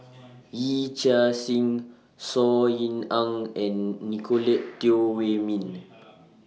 Yee Chia Hsing Saw Ean Ang and Nicolette Teo Wei Min